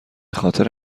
خاطر